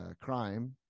crime